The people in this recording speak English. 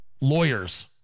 lawyers